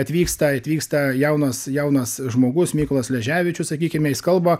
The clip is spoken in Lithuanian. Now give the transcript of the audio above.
atvyksta atvyksta jaunas jaunas žmogus mykolas sleževičius sakykime jis kalba